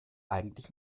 eigentlich